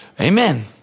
Amen